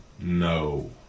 No